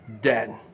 dead